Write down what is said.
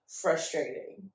frustrating